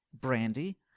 Brandy